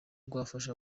bwafasha